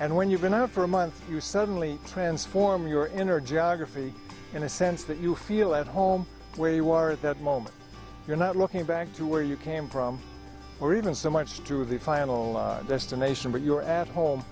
and when you've been out for a month you suddenly transform your inner jogger feet in a sense that you feel at home where you are at that moment you're not looking back to where you came from or even so much through the final destination but you're at home